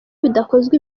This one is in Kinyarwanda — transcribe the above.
bidakozwe